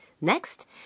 Next